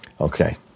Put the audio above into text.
Okay